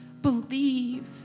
believe